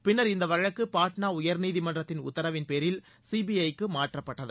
பின்னர் இந்த வழக்கு பாட்னா உயர்நீதிமன்றத்தின் உத்தரவின்பேரில் சிபிஐ க்கு மாற்றப்பட்டது